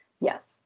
Yes